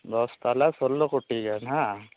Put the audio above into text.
ᱫᱚᱥ ᱛᱟᱞᱟ ᱥᱚᱞᱳ ᱠᱳᱴᱤ ᱜᱟᱱ ᱦᱟᱝ